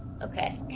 Okay